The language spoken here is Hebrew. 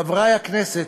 חברי הכנסת,